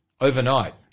overnight